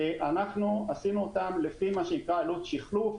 אנחנו עשינו אותם לפי מה שנקרא עלות שיחלוף.